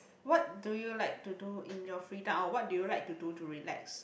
what do you like to do in your free time or what do you like to do to relax